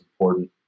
important